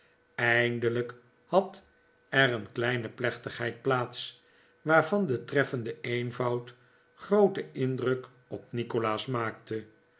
eindelijk had er een kleine plechtigheid plaats waarvan de treffende eenvoud grooten indruk op nikolaas maakte